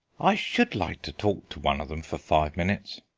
i should like to talk to one of them for five minutes.